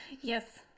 Yes